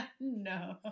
No